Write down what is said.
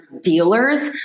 dealers